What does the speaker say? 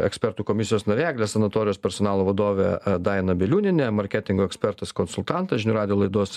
ekspertų komisijos narė eglės sanatorijos personalo vadovė daina bieliūnienė marketingo ekspertas konsultantas žinių radijo laidos